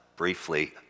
Briefly